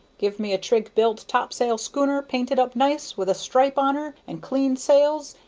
give me a trig-built topsail schooner painted up nice, with a stripe on her, and clean sails,